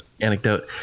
anecdote